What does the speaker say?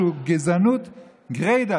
שהוא גזענות גרידא,